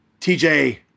TJ